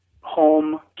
home